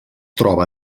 troba